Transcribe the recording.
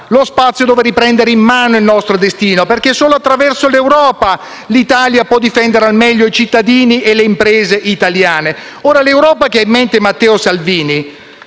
lo spazio dove riprendere in mano il nostro destino, perché solo attraverso l'Europa l'Italia può difendere al meglio i cittadini e le imprese italiane. Ora, l'Europa che ha in mente Matteo Salvini